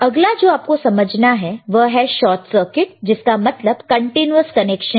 अगला जो आपको समझना है वह है शॉर्ट सर्किट जिसका मतलब कंटीन्यूअस कनेक्शन है